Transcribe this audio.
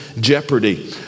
jeopardy